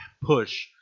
push